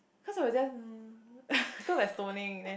cause I was just mm cause I stoning then